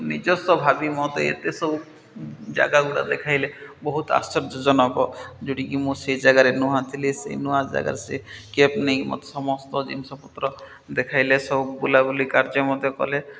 ନିଜସ୍ୱ ଭାବି ମୋତେ ଏତେ ସବୁ ଜାଗାଗୁଡ଼ା ଦେଖାଇଲେ ବହୁତ ଆଶ୍ଚର୍ଯ୍ୟଜନକ ଯେଉଁଟିକି ମୁଁ ସେ ଜାଗାରେ ନୂଆଁ ଥିଲି ସେଇ ନୂଆ ଜାଗାରେ ସେ କ୍ୟାବ୍ ନେଇକି ମତେ ସମସ୍ତ ଜିନିଷପତ୍ର ଦେଖାଇଲେ ସବୁ ବୁଲାବୁଲି କାର୍ଯ୍ୟ ମଧ୍ୟତ କଲେ